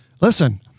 Listen